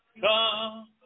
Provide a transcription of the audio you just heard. come